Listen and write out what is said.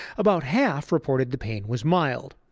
about half reported the pain was mild.